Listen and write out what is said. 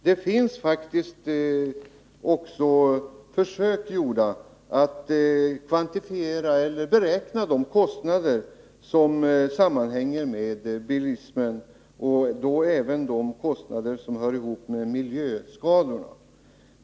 Det finns faktiskt också försök gjorda att beräkna de kostnader som sammanhänger med bilismen och då även de kostnader som hör ihop med miljöskadorna.